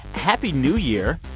happy new year.